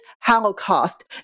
Holocaust